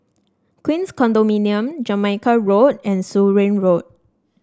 Queens Condominium Jamaica Road and Surin Road